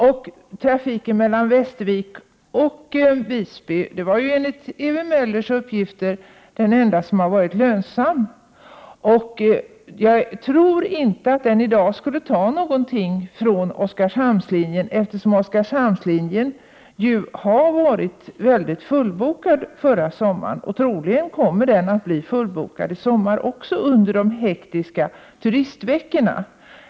Och trafiken mellan Västervik och Visby är ju, enligt Ewy Möllers uppgifter, den enda som har varit lönsam. Jag tror inte att den i dag skulle ta någonting från Oskarshamnslinjen, eftersom denna linje var fullbokad under förra sommaren. Troligen kommer den också att bli fullbokad under den kommande sommarens hektiska turistveckor.